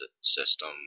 system